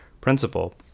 principle